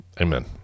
amen